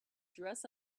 dress